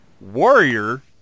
Warrior